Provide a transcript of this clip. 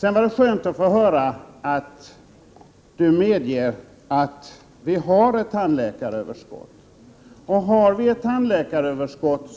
Det var skönt att få höra att Margareta Persson medger att vi har ett tandläkaröverskott. Om vi har det,